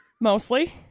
Mostly